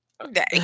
Okay